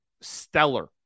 stellar